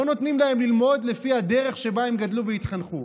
לא נותנים להם ללמוד לפי הדרך שבה הם גדלו והתחנכו.